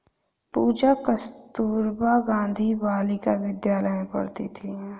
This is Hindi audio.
पूजा कस्तूरबा गांधी बालिका विद्यालय में पढ़ती थी